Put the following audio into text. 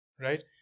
Right